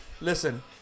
listen